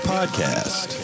Podcast